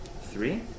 three